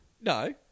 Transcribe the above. No